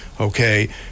okay